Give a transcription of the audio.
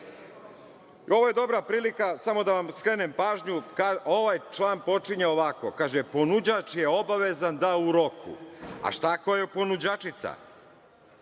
je dobra prilika, samo da vam skrenem pažnju, ovaj član počinje ovako, kaže - ponuđač je obavezan da u roku. A šta ako je ponuđačica,